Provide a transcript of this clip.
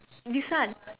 this one